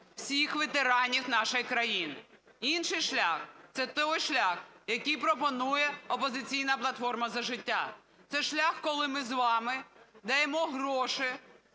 всіх ветеранів нашої країни. Інший шлях – це той шлях, який пропонує "Опозиційна платформа – "За життя". Це шлях, коли ми з вами даємо гроші,